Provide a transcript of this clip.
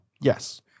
Yes